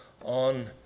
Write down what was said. on